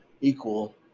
equal